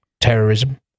terrorism